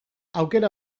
aukera